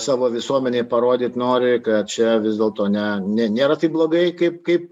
savo visuomenei parodyt nori kad čia vis dėlto ne ne nėra taip blogai kaip kaip